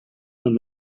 and